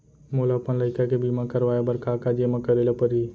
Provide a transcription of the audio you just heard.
मोला अपन लइका के बीमा करवाए बर का का जेमा करे ल परही?